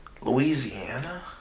Louisiana